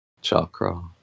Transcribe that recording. chakra